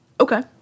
Okay